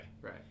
Right